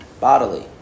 bodily